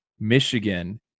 Michigan